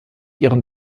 ihren